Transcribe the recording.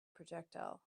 projectile